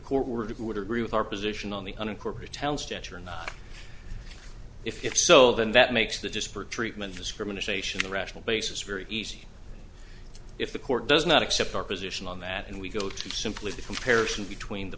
court were to would agree with our position on the unincorporated town stature and if so then that makes the disparate treatment discrimination in a rational basis very easy if the court does not accept our position on that and we go to simply the comparison between the